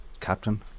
captain